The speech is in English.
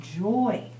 joy